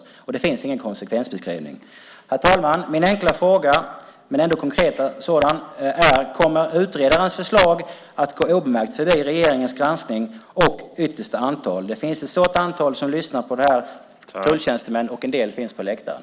Det finns inte heller någon konsekvensbeskrivning. Herr talman! Min enkla men ändå konkreta fråga är: Kommer utredarnas förslag att gå obemärkt förbi regeringens granskning? Det finns ett stort antal personer som lyssnar på det här, bland andra tulltjänstemän varav en del finns på läktaren.